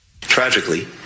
Tragically